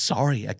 Sorry